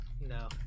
No